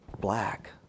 black